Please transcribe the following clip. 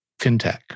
FinTech